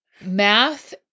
math